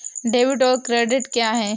Debit और credit क्या है?